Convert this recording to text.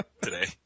today